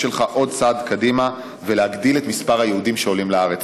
שלך עוד צעד קדימה ולהגדיל את מספר היהודים שעולים לארץ.